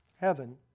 heaven